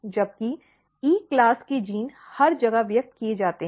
जबकि E श्रेणी के जीन हर जगह व्यक्त किए जाते हैं